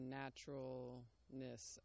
naturalness